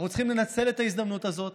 אנחנו צריכים לנצל את ההזדמנות הזאת